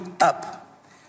up